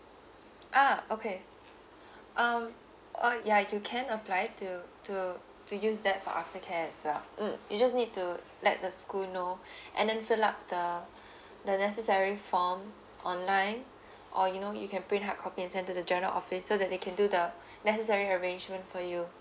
ah okay um oh ya you can apply to to to use that for after care as well mm you just need to let the school know and then fill up the the necessary form online or you know you can print hardcopy and send to the general office so that they can do the necessary arrangement for you